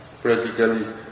practically